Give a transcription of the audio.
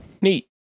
Neat